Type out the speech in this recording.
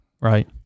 right